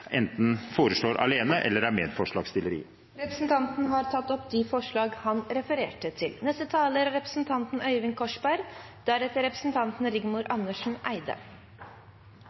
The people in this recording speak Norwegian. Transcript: enten foreslår alene eller er medforslagsstiller til. Representanten Terje Aasland har tatt opp de forslagene han refererte til.